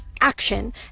action